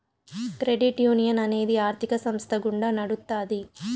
credit union అనేది ఆర్థిక సంస్థ గుండా నడుత్తాది